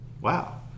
Wow